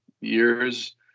years